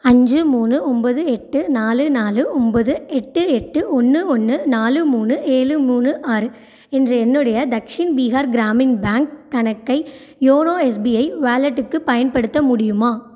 அஞ்சு மூணு ஒன்பது எட்டு நாலு நாலு ஒன்போது எட்டு எட்டு ஒன்று ஒன்று நாலு மூணு ஏழு மூணு ஆறு என்ற என்னுடைய தக்ஷின் பீகார் கிராமின் பேங்க் கணக்கை யோனோ எஸ்பிஐ வாலெட்டுக்கு பயன்படுத்த முடியுமா